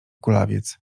kulawiec